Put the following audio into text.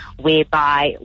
whereby